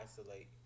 isolate